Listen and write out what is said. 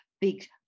big